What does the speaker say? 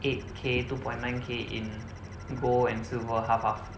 eight k two point nine k in gold and silver half half